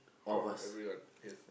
out of everyone yes